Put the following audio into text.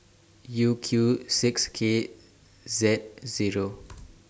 U Q six K Z Zero